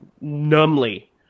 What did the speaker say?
numbly